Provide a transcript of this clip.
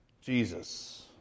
Jesus